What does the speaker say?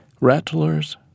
rattlers